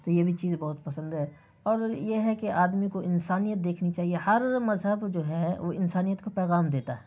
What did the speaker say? تو یہ بھی چیز بہت پسند ہے اور یہ ہے کہ آدمی کو انسانیت دیکھنی چاہیے ہر مذہب جو ہے وہ انسانیت کا پیغام دیتا ہے